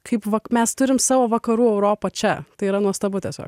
kaip mes turime savo vakarų europą čia tai yra nuostabu tiesa